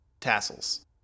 tassels